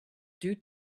due